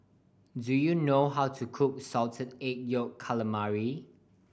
do you know how to cook Salted Egg Yolk Calamari